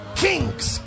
kings